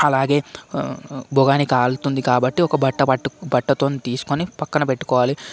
అలాగే బోగాని కాలుతుంది కాబట్టి ఒక బట్ట పట్టుకొని బట్టతో తీసుకొని పక్కన పెట్టుకోవాలి